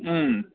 হুম